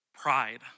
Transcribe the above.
Pride